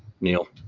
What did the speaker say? Neil